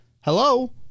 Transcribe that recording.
Hello